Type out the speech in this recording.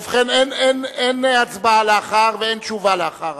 ובכן, אין הצבעה ואין תשובה לאחר